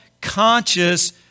conscious